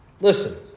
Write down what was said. Listen